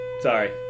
Sorry